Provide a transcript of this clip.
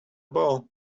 bow